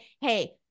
hey